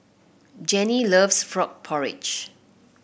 Janie loves Frog Porridge